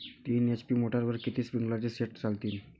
तीन एच.पी मोटरवर किती स्प्रिंकलरचे सेट चालतीन?